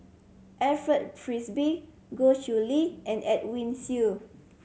Alfred Frisby Goh Chiew Lye and Edwin Siew